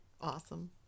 Awesome